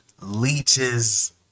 leeches